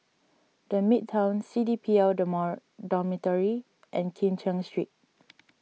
the Midtown C D P L Dormitory and Kim Cheng Street